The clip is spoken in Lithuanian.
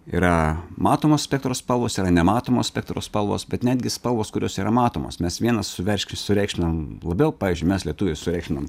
yra matomos spektro spalvos yra nematomos spektro spalvos bet netgi spalvos kurios yra matomos mes vienas suverški sureikšminam labiau pavyzdžiui mes lietuviai sureikšminam